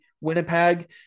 Winnipeg